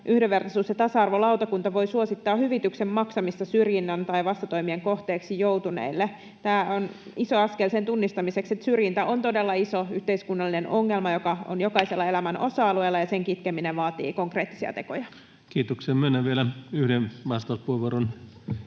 yhdenvertaisuus- ja tasa-arvolautakunta voi suosittaa hyvityksen maksamista syrjinnän tai vastatoimien kohteeksi joutuneille. Tämä on iso askel sen tunnistamiseksi, että syrjintä on todella iso yhteiskunnallinen ongelma, joka on jokaisella elämän osa-alueella, ja sen kitkeminen vaatii konkreettisia tekoja. [Speech 208] Speaker: Ensimmäinen varapuhemies